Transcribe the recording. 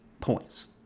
points